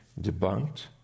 debunked